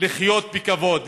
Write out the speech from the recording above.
לחיות בכבוד,